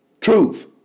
truth